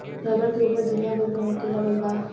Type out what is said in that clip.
rubber के ऊपज दुनिया भर में होखे लगल बा